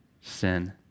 sin